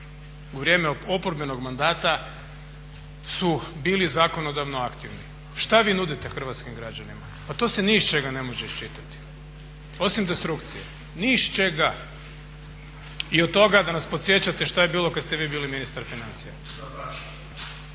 u vrijeme oporbenog mandata su bili zakonodavno aktivni. Šta vi nudite hrvatskim građanima, pa to se ni iz čega ne može iščitati, osim destrukcije. Ni iz čega. I od toga da nas podsjećate šta je bilo kad ste vi bili ministar financija.